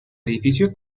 edificio